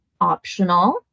optional